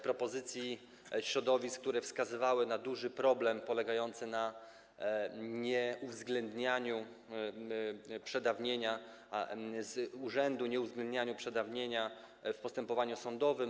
propozycji środowisk, które wskazywały na duży problem, problem polegający na nieuwzględnianiu przedawnienia z urzędu, nieuwzględnianiu przedawnienia w postępowaniu sądowym.